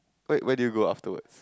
wait where do you go afterwards